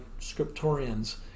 scriptorians